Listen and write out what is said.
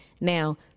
now